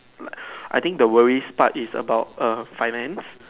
like I think the worries part is about ah finance